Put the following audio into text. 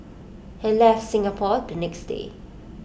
he left Singapore the next day